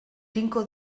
tinko